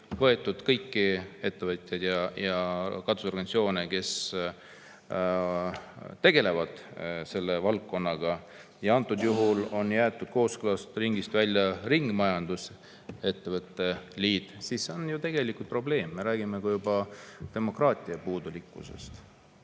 võetud kõiki ettevõtjaid ja katusorganisatsioone, kes selle valdkonnaga tegelevad. Antud juhul on jäetud kooskõlastusringist välja ringmajandusettevõtete liit. Siis on ju tegelikult probleem, me räägime juba demokraatia puudulikkusest.